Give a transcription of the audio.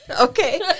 Okay